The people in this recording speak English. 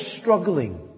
struggling